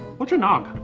what's a nog?